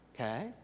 okay